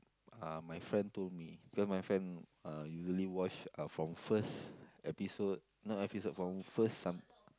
uh my friend told me because my friend uh usually watch uh from first episode not episode from first some